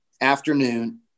afternoon